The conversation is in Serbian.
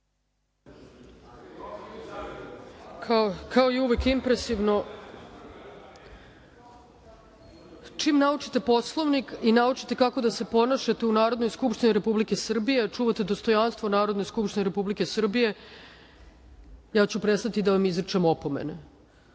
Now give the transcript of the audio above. Kao i uvek impresivno. Čim naučite Poslovnik i naučite kako da se ponašate u Narodnoj skupštini Republike Srbije, da čuvate dostojanstvo Narodne skupštine Republike Srbije, ja ću prestati da vam izričem opomene.